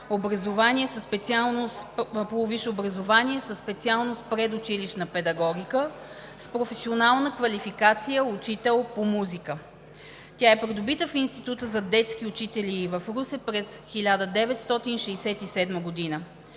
полувисше образование със специалност „Предучилищна педагогика“ с професионална квалификация „Учител по музика“. Тя е придобита в Института за детски учители в Русе през 1967 г.